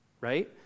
right